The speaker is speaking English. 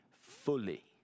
fully